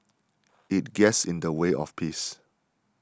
it gets in the way of peace